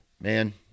man